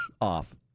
off